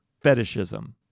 fetishism